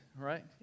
right